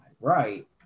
right